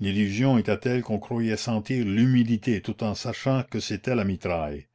l'illusion était telle qu'on croyait sentir l'humidité tout en sachant que c'était la mitraille